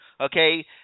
Okay